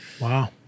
Wow